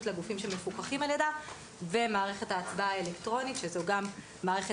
לגופים שמפוקחים על ידה ומערכת ההצבעה האלקטרונית שזו גם מערכת